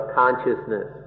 consciousness